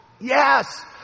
Yes